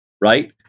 right